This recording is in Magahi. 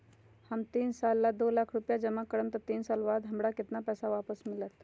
हम तीन साल ला दो लाख रूपैया जमा करम त तीन साल बाद हमरा केतना पैसा वापस मिलत?